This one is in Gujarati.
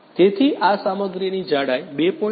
તેથી આ સામગ્રીની જાડાઈ 2